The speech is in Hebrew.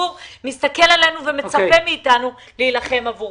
שהציבור מסתכל עלינו ומצפה מאיתנו להילחם עבורכם.